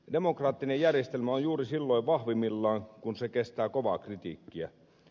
demokraattinen järjestelmä on juuri silloin vahvimmillaan kun se kestää kovaa kritiikkiä